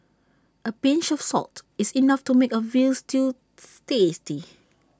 A pinch of salt is enough to make A Veal Stew tasty